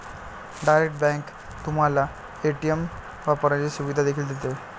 direct bank तुम्हाला ATM वापरण्याची सुविधा देखील देते